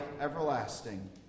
everlasting